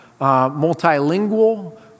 multilingual